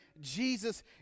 Jesus